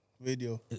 video